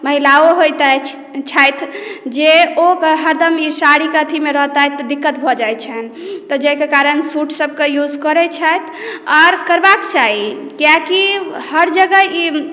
महिलाओ होइत अछि छथि जे ओ हरदम हरदम ई साड़ीके अथीमे रहतथि तऽ दिक्कत भऽ जाइत छनि तऽ जाहिके कारण सूटसभके यूज करैत छथि आओर करबाक चाही कियाकि हरजगह ई